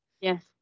yes